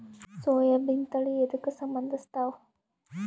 ಸೋಯಾಬಿನ ತಳಿ ಎದಕ ಸಂಭಂದಸತ್ತಾವ?